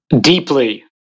Deeply